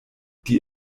die